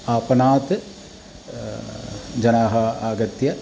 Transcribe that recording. आपणात् जनाः आगत्य